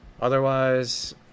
Otherwise